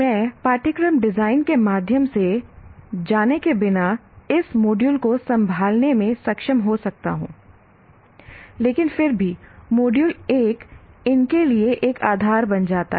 मैं पाठ्यक्रम डिजाइन के माध्यम से जाने के बिना इस मॉड्यूल को संभालने में सक्षम हो सकता हूं लेकिन फिर भी मॉड्यूल 1 इन के लिए एक आधार बन जाता है